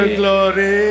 glory